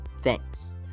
Thanks